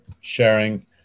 sharing